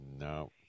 No